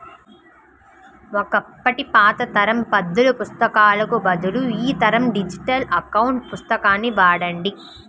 ఒకప్పటి పాత తరం పద్దుల పుస్తకాలకు బదులు ఈ తరం డిజిటల్ అకౌంట్ పుస్తకాన్ని వాడండి